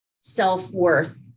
self-worth